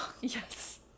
Yes